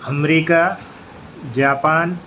America Japan